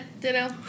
ditto